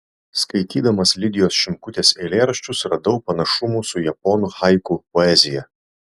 skaitydamas lidijos šimkutės eilėraščius radau panašumų su japonų haiku poezija